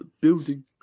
building